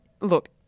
look